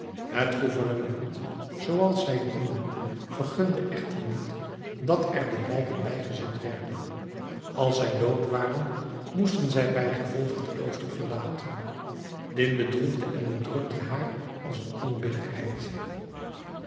het gouvernement zooals zij t noemen vergunde echter niet dat er de lijken bijgezet werden als zij dood waren moesten zij bijgevolg het klooster verlaten dit bedroefde en bedrukte haar als een onbillijkheid